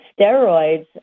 steroids